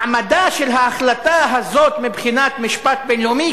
מעמדה של ההחלטה הזאת מבחינת המשפט הבין-לאומי